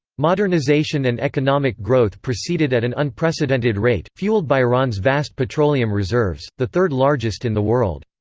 modernization and economic growth proceeded at an unprecedented rate, fueled by iran's vast petroleum reserves, the third-largest in the world.